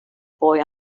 boy